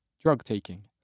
drug-taking